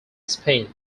spin